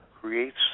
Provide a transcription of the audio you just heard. creates